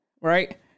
right